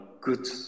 good